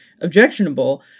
objectionable